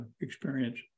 experience